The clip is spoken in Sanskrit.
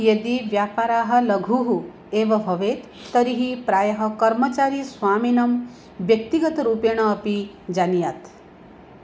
यदि व्यापाराः लघुः एव भवेत् तर्हि प्रायः कर्मचारी स्वामिनं व्यक्तिगतरूपेण अपि जानीयात्